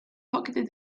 pocketed